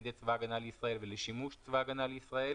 בידי צבא הגנה לישראל ולשימוש צבא הגנה לישראל,